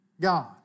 God